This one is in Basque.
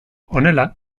honela